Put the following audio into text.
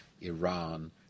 Iran